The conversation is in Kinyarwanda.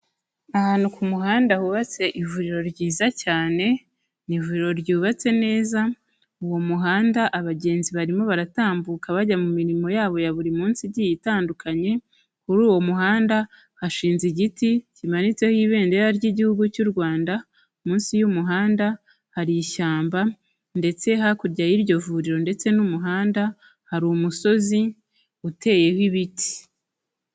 Ahantu ku muhanda hubatse ivuriro ryiza cyane, ni ivuriro ryubatse neza, uwo muhanda abagenzi barimo baratambuka bajya mu mirimo yabo ya buri munsi igi itandukanye, kuri uwo muhanda hashinze igiti kimanitseho ibendera ry'Igihugu cy'u Rwanda, munsi y'umuhanda hari ishyamba ndetse hakurya y'iryo vuriro ndetse n'umuhanda hari umusozi uteyeho ibiti.